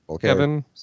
Kevin